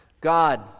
God